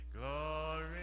Glory